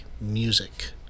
Music